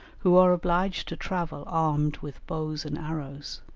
who are obliged to travel armed with bows and arrows.